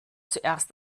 zuerst